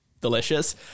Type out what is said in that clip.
delicious